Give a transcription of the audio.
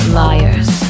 liars